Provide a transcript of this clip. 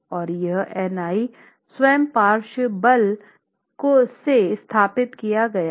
और यह N i स्वयं पार्श्व बल से स्थापित किया गया है